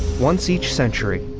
once each century,